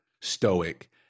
stoic